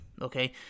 Okay